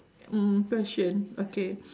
mm question okay